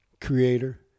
Creator